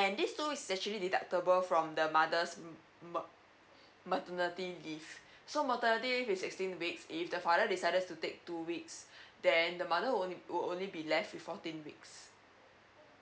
and this two weeks is actually deductible from the mother's m~ ma~ maternity leave so maternity leave is sixteen weeks if the father decided to take two weeks then the mother will only will only be left with fourteen weeks